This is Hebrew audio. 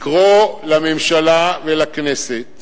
לקרוא לממשלה ולכנסת